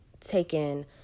taken